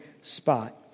spot